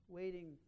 waiting